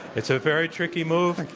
it's a very tricky move.